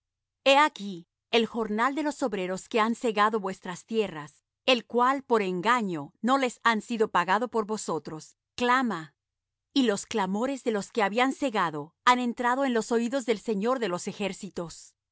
he aquí el jornal de los obreros que han segado vuestras tierras el cual por engaño no les ha sido pagado de vosotros clama y los clamores de los que habían segado han entrado en los oídos del señor de los ejércitos